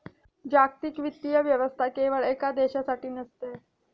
जागतिक वित्तीय व्यवस्था केवळ एका देशासाठी नसते